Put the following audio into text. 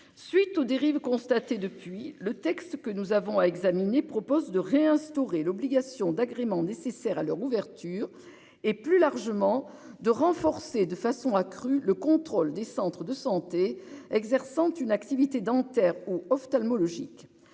Suite aux dérives constatées depuis le texte que nous avons à examiner propose de réinstaurer l'obligation d'agréments nécessaires à leur ouverture et plus largement de renforcer de façon accrue, le contrôle des centres de santé exerçant une activité dentaires ou ophtalmologiques